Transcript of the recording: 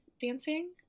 dancing